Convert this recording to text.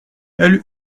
elle